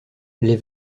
les